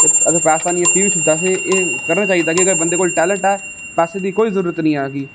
अगर पैसा नेई ऐ फिह् बी उसी बैसे एह् करना चाहिदा कि अगर बंदे कोल टेलेंट ऐ पैसा दी कोई जरुरत नेईं ऐ कियां कि